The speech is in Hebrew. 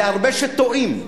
ולהרבה שטועים: